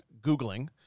Googling